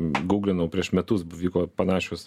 guglinau prieš metus vyko panašios